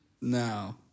now